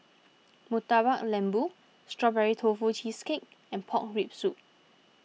Murtabak Lembu Strawberry Tofu Cheesecake and Pork Rib Soup